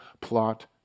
plot